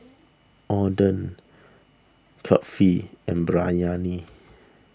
Oden Kulfi and Biryani